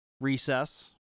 Recess